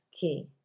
key